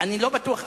אני לא בטוח,